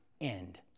end